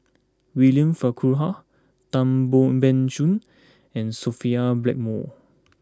William Farquhar Tan Ban Soon and Sophia Blackmore